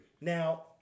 Now